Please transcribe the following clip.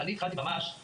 אבל התחלתי את